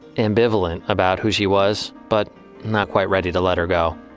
ambivalent about who she was but not quite ready to let her go.